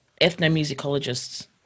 ethnomusicologists